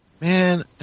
Man